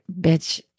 bitch